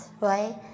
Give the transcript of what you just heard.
right